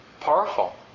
powerful